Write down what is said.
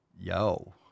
Yo